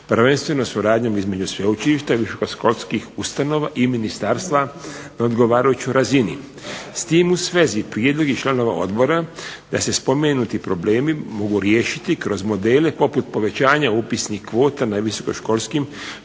Prvenstveno suradnjom između sveučilišta i visokoškolskih ustanova i ministarstva na odgovarajućoj razini. S tim u svezi prijedlog je članova odbora da se spomenuti problemi mogu riješiti kroz modele poput povećanja upisnih kvota na visokoškolskim